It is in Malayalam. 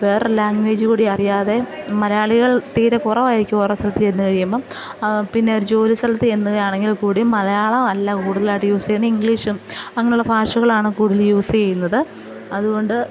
വേറെ ലാംഗ്വേജ് കൂടി അറിയാതെ മലയാളികൾ തീരെ കുറവായിരിക്കും ഓരോ സ്ഥലത്ത് ചെന്നു കഴിയുമ്പം പിന്നെ ഒരു ജോലി സ്ഥലത്ത് ചെന്നുകയാണെങ്കിൽ കൂടിയും മലയാളം അല്ല കൂടുതലായിട്ട് യൂസ് ചെയ്യുന്നത് ഇംഗ്ലീഷും അങ്ങനെയുള്ള ഭാഷകളാണ് കൂടുതൽ യൂസ് ചെയ്യുന്നത് അതുകൊണ്ട്